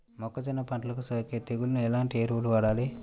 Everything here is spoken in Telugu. మొక్కజొన్న పంటలకు సోకే తెగుళ్లకు ఎలాంటి ఎరువులు వాడాలి?